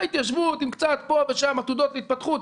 בהתיישבות עם קצת פה ושם עתודות התפתחות,